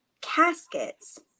caskets